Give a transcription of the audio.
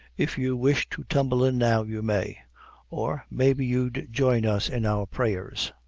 if you wish to tumble in now you may or, may be you'd join us in our prayers.